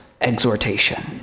exhortation